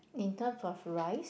in terms of rice